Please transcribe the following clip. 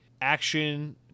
action